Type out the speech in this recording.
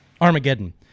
Armageddon